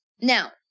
now